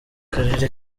karere